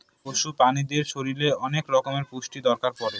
পশু প্রাণীদের শরীরে অনেক রকমের পুষ্টির দরকার পড়ে